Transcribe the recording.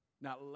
Now